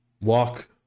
walk